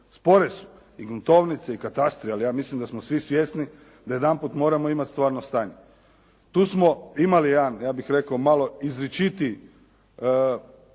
Spore su i gruntovnice i katastri, ali ja mislim da smo svi svjesni da jedanput moramo imati stvarno stanje. Tu smo imali jedan, ja bih rekao malo izričitiji